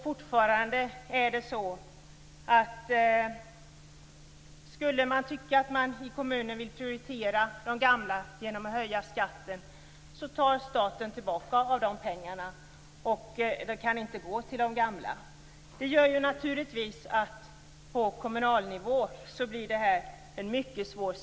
Fortfarande är det så att skulle man i kommunen vilja prioritera de gamla genom att höja skatten så tar staten tillbaka pengarna. De kan inte gå till de gamla. Det gör naturligtvis att situationen på kommunal nivå blir mycket svår.